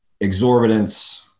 exorbitance